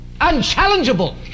unchallengeable